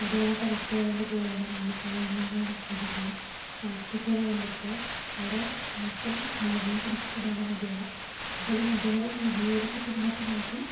നദികളൊക്ക വറ്റിവരണ്ടു പോവാണ് മാലി മാലിന്യങ്ങൾ നിക്ഷേപിക്കുയും പ്ലാസ്റ്റിക്കുകള് കൊണ്ടിട്ട് അവിടെ മൊത്തം മലിനീകരിക്കപെടുവാണ് നദികള് അപ്പം ഈ നദികള് മലിനീകരിക്കപ്പെടുന്ന സമയത്ത്